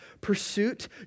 pursuit